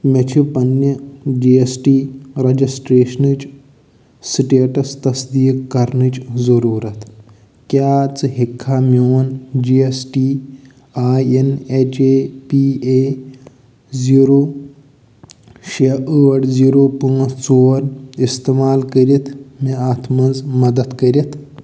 مےٚ چھِ پَنٛنہِ جی اٮ۪س ٹی رَجِسٹرٛیشنٕچ سِٹیٹَس تصدیٖق کَرنٕچ ضٔروٗرَتھ کیٛاہ ژٕ ہیٚککھا میون G S T I N H A P A zero شےٚ ٲٹھ زیٖرو پانٛژھ ژور اِستعمال کٔرِتھ مےٚ اَتھ منٛز مدتھ کٔرِتھ